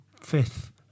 fifth